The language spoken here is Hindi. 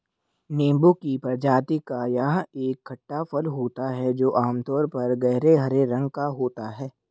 नींबू की प्रजाति का यह एक खट्टा फल होता है जो आमतौर पर गहरे हरे रंग का होता है